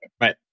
Right